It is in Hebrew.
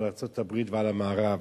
על ארצות-הברית ועל המערב,